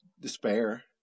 despair